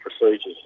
procedures